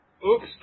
Oops